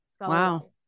Wow